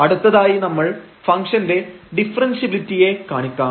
അടുത്തതായി നമ്മൾ ഫംഗ്ഷൻറെ ഡിഫറെൻഷ്യബിലിറ്റിയെ കാണിക്കാം